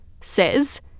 says